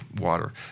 Water